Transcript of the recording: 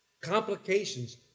Complications